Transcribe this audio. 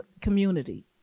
community